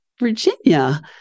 Virginia